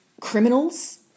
criminals